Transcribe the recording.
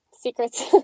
secrets